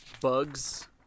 bugs